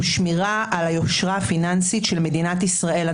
שמירה על היושרה הפיננסית של מדינת ישראל.